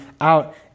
out